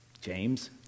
James